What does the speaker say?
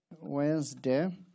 Wednesday